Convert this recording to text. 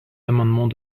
amendements